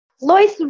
Lois